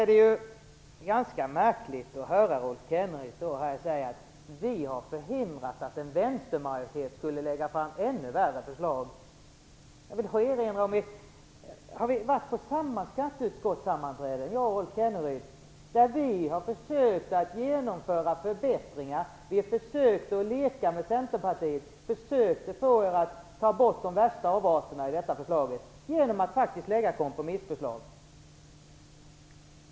Det är ganska märkligt att höra Rolf Kenneryd säga att Centerpartiet har förhindrat en vänstermajoritet att lägga fram ännu värre förslag. Har Rolf Kenneryd och jag varit på samma skatteutskottssammanträde? Vi har försökt att genomföra förbättringar. Vi har försökt att lirka med centerpartisterna för att få dem att ta bort de värsta avarterna i förslaget genom att lägga fram kompromissförslag.